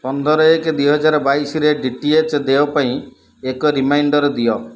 ପନ୍ଦର ଏକ ଦୁଇହଜାର ବାଇଶରେ ଡି ଟି ଏଚ୍ ଦେୟ ପାଇଁ ଏକ ରିମାଇଣ୍ଡର୍ ଦିଅ